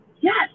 Yes